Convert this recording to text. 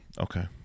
Okay